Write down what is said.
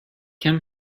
him